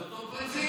על אותו פרינציפ.